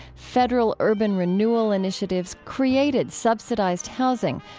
federal urban renewal initiatives created subsidized housing,